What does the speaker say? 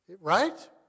Right